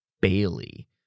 Bailey